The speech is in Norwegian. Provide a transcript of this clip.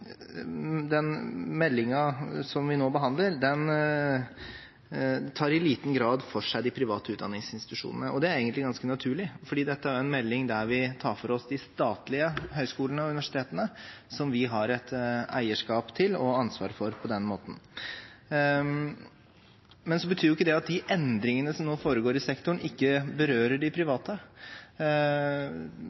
den norske universitets- og høgskolesektoren. Noen av de private er spydspisser innenfor sine fagfelt, mens andre bidrar i stor grad med å utdanne mennesker vi har stort behov for i Norge, som f.eks. framtidens sykepleiere. Men meldingen som vi nå behandler, tar i liten grad for seg de private utdanningsinstitusjonene, og det er egentlig ganske naturlig, for dette er en melding der vi tar for oss de statlige høgskolene og universitetene, som vi har et eierskap til og